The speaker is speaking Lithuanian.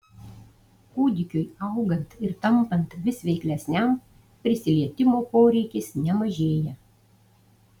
kūdikiui augant ir tampant vis veiklesniam prisilietimo poreikis nemažėja